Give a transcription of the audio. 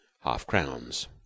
half-crowns